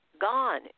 gone